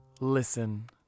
Listen